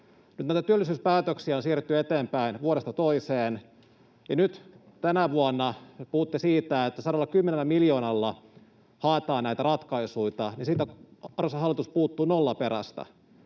Nyt näitä työllisyyspäätöksiä on siirretty eteenpäin vuodesta toiseen. Ja nyt tänä vuonna puhutte siitä, että 110 miljoonalla haetaan näitä ratkaisuita. Siitä, arvoisa hallitus, puuttuu nolla perästä.